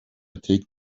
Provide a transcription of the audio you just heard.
take